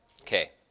Okay